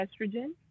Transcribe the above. estrogen